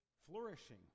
flourishing